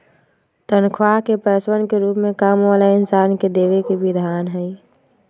तन्ख्वाह के पैसवन के रूप में काम वाला इन्सान के देवे के विधान हई